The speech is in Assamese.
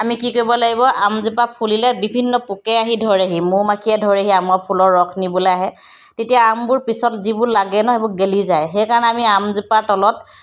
আমি কি কৰিব লাগিব আমজোপা ফুলিলে বিভিন্ন পোকে আহি ধৰেহি মৌ মাখিয়ে ধৰেহি আমৰ ফুলৰ ৰস নিবলৈ আহে তেতিয়া আমবোৰ পিছত যিবোৰ লাগে ন সেইবোৰ গেলি যায় সেইকাৰণে আমি আমজোপাৰ তলত